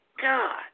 God